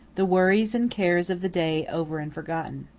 the worries and cares of the day over and forgotten.